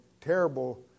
terrible